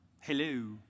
Hello